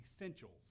Essentials